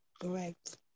Correct